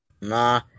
Nah